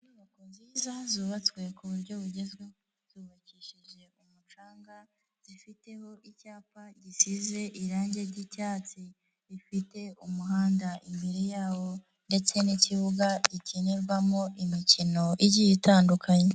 Inyubako nziza zubatswe ku buryo bugezweho zubakishije umucanga, zifiteho icyapa gisize irange ry'icyatsi, zifite umuhanda imbere yawo ndetse n'ikibuga gikinirwamo imikino igiye itandukanye.